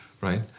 right